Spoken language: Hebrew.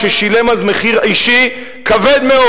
ששילם אז מחיר אישי כבד מאוד.